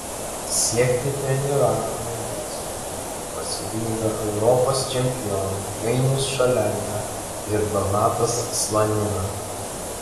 siekti treniravimo mokslo žinių pasiryžo europos čempionai dainius šalenga ir donatas slanina